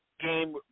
Game